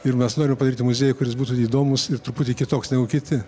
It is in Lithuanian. ir mes norim padaryti muziejų kuris būtų įdomus ir truputį kitoks negu kiti